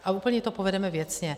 A úplně to povedeme věcně.